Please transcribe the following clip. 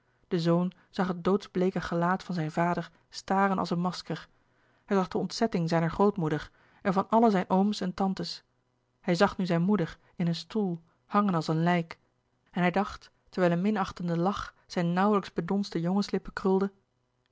de zoon zag het doodsbleeke gelaat van zijn vader staren als een masker hij zag de ontzetting zijner grootmoeder en van alle zijn ooms en tantes hij zag nu zijn moeder in een stoel hangen als een lijk en hij dacht terwijl een minachtende lach zijn nauwlijks bedonsde jongenslippen krulde